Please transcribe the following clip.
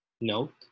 Note